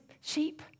sheep